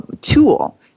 tool